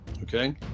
Okay